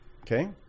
okay